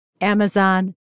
Amazon